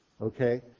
Okay